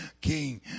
king